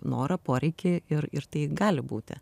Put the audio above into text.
norą poreikį ir ir tai gali būti